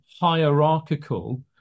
hierarchical